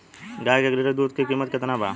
गाय के एक लीटर दुध के कीमत केतना बा?